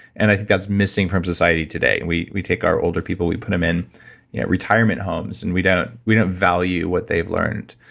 and i think that's missing from society today. we we take our older people, we put em in retirement homes, and we don't we don't value what they've learned.